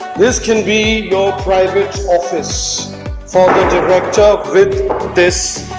this can be go private office for the director with this